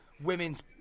women's